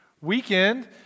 weekend